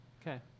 Okay